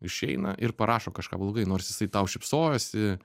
išeina ir parašo kažką blogai nors jisai tau šypsojosi